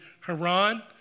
Haran